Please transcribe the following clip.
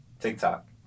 TikTok